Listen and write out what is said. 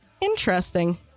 Interesting